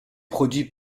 produit